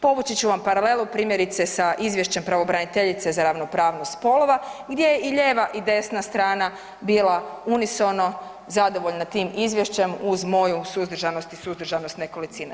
Povući ću vam paralelu primjerice sa izvješćem pravobraniteljice za ravnopravnost spolova gdje je i lijeva i desna strana bila unisono zadovoljna tim izvješćem uz moju suzdržanost i suzdržanost nekolicine.